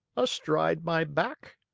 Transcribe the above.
astride my back.